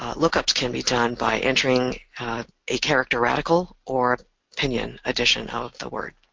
lookups can be done by entering a character radical or pinyin edition of the word.